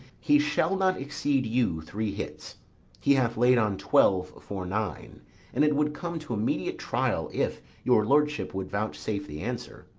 he shall not exceed you three hits he hath laid on twelve for nine and it would come to immediate trial if your lordship would vouchsafe the answer.